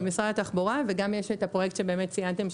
ממשרד התחבורה, וגם יש הפרויקט שציינתם,